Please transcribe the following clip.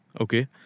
Okay